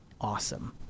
awesome